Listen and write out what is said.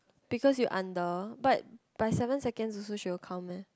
because you under but by seven seconds also she will count meh